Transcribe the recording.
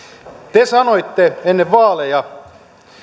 te sanoitte ennen vaaleja